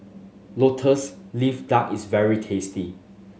Lotus Leaf Duck is very tasty